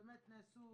באמת נעשו